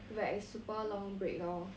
like a super long break lor